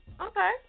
Okay